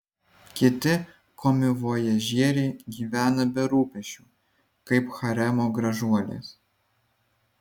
kiti komivojažieriai gyvena be rūpesčių kaip haremo gražuolės